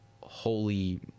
holy